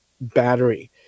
battery